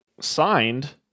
Signed